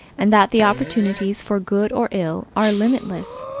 and that the opportunities for good or ill are limitless.